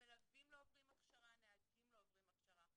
המלווים לא עוברים הכשרה, הנהגים לא עוברים הכשרה.